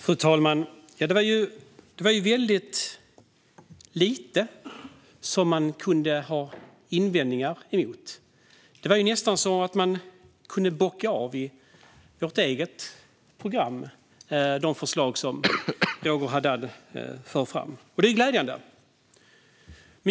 Fru talman! Det var väldigt lite som jag kunde ha invändningar emot. Det var nästan så att jag i vårt eget program kunde bocka av de förslag som Roger Haddad förde fram, och det är ju glädjande.